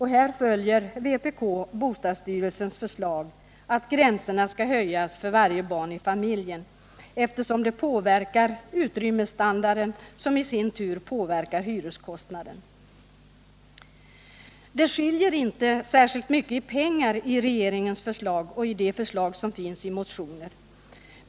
Här följer vpk bostadsstyrelsens förslag att gränserna skall höjas för varje barn i familjen, eftersom det påverkar utrymmesstandarden som i sin tur påverkar hyreskostnaden. Det skiljer inte så mycket i pengar mellan regeringens förslag och de förslag som finns i motioner.